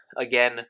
again